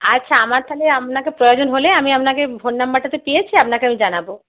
আচ্ছা আমার তাহলে আপনাকে প্রয়োজন হলে আমি আপনাকে ফোন নাম্বারটা তো পেয়েছি আপনাকে আমি জানাবো